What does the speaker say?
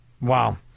Wow